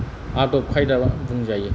आदब खायदा बुंजायो